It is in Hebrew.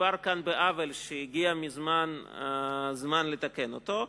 מדובר כאן בעוול שהגיע מזמן הזמן לתקן אותו.